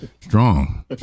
strong